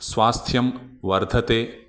स्वास्थ्यं वर्धते